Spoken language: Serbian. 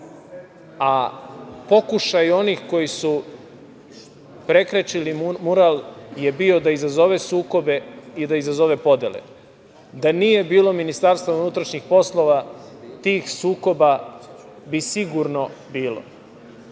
a pokušaj onih koji su prekrečili mural je bio da izazovu sukobe i da da izazove podele. Da nije bilo Ministarstva unutrašnjih poslova tih sukoba bi sigurno